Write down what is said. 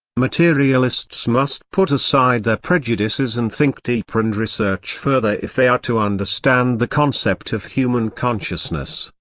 materialists must put aside their prejudices and think deeper and research further if they are to understand the concept of human consciousness,